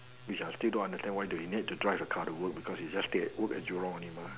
which I still don't understand why do you need to take a car to work because he stay at Jurong only mah